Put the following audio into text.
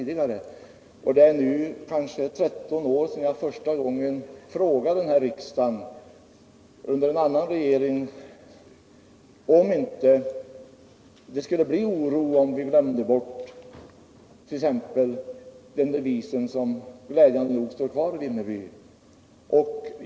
Det är nu kanske 13 år sedan jag under en annan regering här i riksdagen frågade om det inte skulle bli oro om vi glömde bort denna devis som, enligt vad vi hörde av Stig Alemyr, glädjande nog står kvar i Vimmerby.